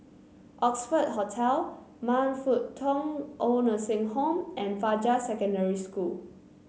Oxford Hotel Man Fut Tong Old Nursing Home and Fajar Secondary School